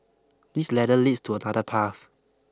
this ladder leads to another path